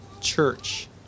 church